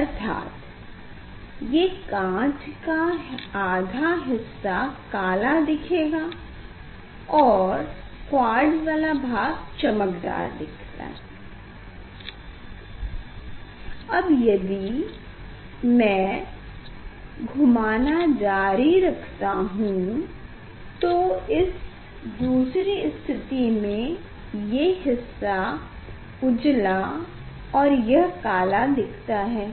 अर्थात ये काँच का आधा हिस्सा काला दिखता है और क्वार्ट्ज़ वाला भाग चमकदार दिखता है अब यदि मैं घुमाना जारी रखता हूँ तो इस दूसरी स्थिति में ये हिस्सा उजला और यह काला मिलता है